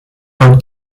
are